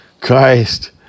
Christ